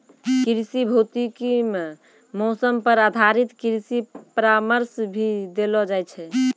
कृषि भौतिकी मॅ मौसम पर आधारित कृषि परामर्श भी देलो जाय छै